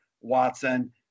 Watson